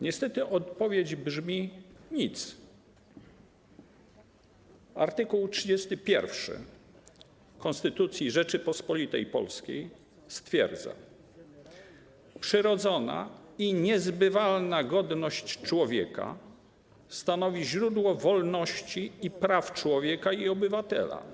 Niestety odpowiedź brzmi: nic. Art. 30 Konstytucji Rzeczypospolitej Polskiej stwierdza: „Przyrodzona i niezbywalna godność człowieka stanowi źródło wolności i praw człowieka i obywatela.